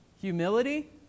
Humility